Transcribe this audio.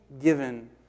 given